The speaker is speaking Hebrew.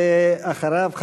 ואחריו,